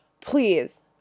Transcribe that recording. please